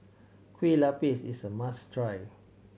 Kueh Lapis is a must try